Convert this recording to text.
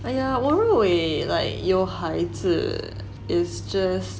!aiya! 我认为 like 有孩子 it's just